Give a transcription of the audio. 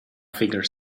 figure